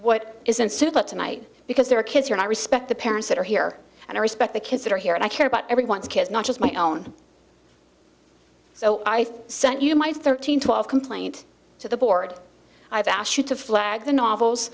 what isn't super tonight because there are kids here i respect the parents that are here and i respect the kids that are here and i care about everyone's kids not just my own so i sent you my thirteen twelve complaint to the board i have asked you to flag the novels